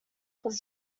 was